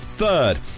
Third